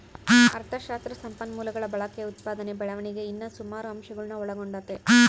ಅಥಶಾಸ್ತ್ರ ಸಂಪನ್ಮೂಲಗುಳ ಬಳಕೆ, ಉತ್ಪಾದನೆ ಬೆಳವಣಿಗೆ ಇನ್ನ ಸುಮಾರು ಅಂಶಗುಳ್ನ ಒಳಗೊಂಡತೆ